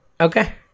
okay